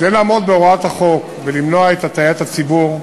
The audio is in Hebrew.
כדי לעמוד בהוראות החוק ולמנוע את הטעיית הציבור,